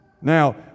Now